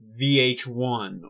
VH1